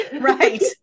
Right